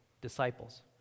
disciples